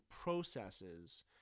processes